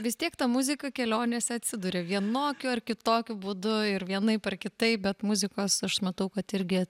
vis tiek ta muzika kelionėse atsiduria vienokiu ar kitokiu būdu ir vienaip ar kitaip bet muzikos aš matau kad irgi